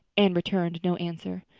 anne returned no answer.